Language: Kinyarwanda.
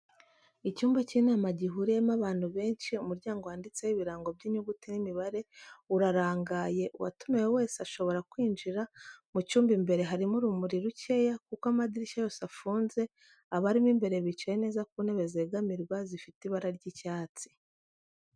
Icyumba cy'inama gihuriyemo abantu benshi, umuryango wanditseho ibirango by'inyuguti n'imibare urarangaye uwatumiwe wese ashobora kwinjira, mu cyumba imbere harimo urumuri rukeya kuko amadirishya yose afunze abarimo imbere bicaye neza ku ntebe zegamirwa zifite ibara ry'icyatsi.